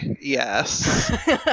yes